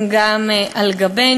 הם על גבנו.